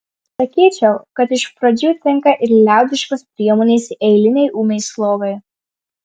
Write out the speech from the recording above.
sakyčiau kad iš pradžių tinka ir liaudiškos priemonės eilinei ūmiai slogai